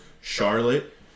Charlotte